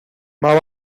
más